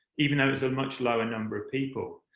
even though it's a much lower number of people.